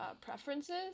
preferences